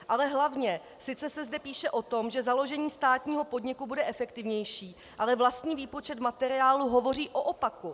Ale hlavně, sice se zde píše o tom, že založení státního podniku bude efektivnější, ale vlastní výpočet v materiálu hovoří o opaku.